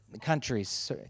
countries